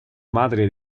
madre